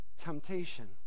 temptation